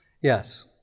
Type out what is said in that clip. Yes